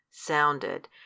sounded